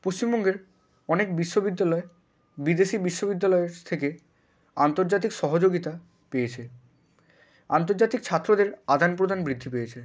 পশ্চিমবঙ্গের অনেক বিশ্ববিদ্যালয় বিদেশি বিশ্ববিদ্যালয়ের থেকে আন্তর্জাতিক সহযোগিতা পেয়েছে আন্তর্জাতিক ছাত্রদের আদান প্রদান বৃদ্ধি পেয়েছে